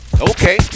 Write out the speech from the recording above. Okay